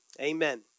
amen